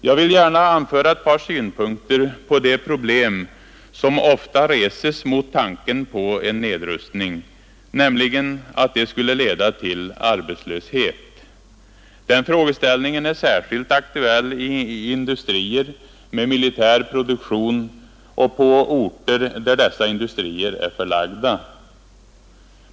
Jag vill gärna anföra ett par synpunkter på en invändning, som ofta reses mot tanken på en nedrustning, nämligen att en sådan skulle leda till arbetslöshet. Den frågeställningen är särskilt aktuell i industrier med militär produktion och på orter där dessa industrier är förlagda.